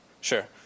sure